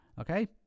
okay